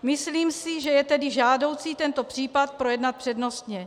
Myslím si, že je tedy žádoucí tento případ projednat přednostně.